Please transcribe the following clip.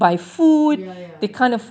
ya ya ya